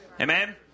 Amen